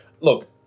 Look